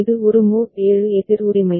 இது ஒரு மோட் 7 எதிர் உரிமை